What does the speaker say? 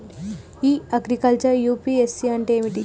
ఇ agriculture UPSC అంటే ఏమిటి?